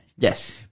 Yes